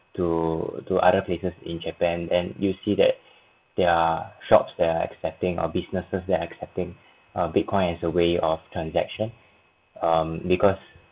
to to other places in japan then you'll see that there are shops that accepting or businesses that are accepting bitcoin as a way of transaction um because